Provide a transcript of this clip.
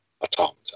automata